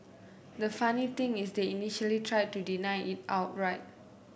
the funny thing is they initially tried to deny it outright